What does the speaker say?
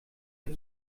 wir